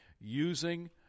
using